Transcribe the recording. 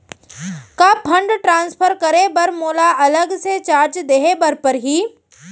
का fund transfer करे बर मोला अलग से चार्ज देहे बर परही?